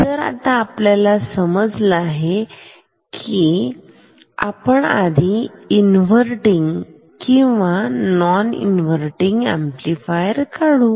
तर आता आपल्याला समजलं आहे की आता आधी आपण इंवरटिंग अथवा नॉन इन्व्हर्टिन ऍम्प्लिफायर काढू